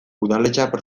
udaletxeak